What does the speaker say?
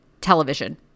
television